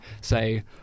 say